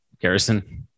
Garrison